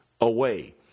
away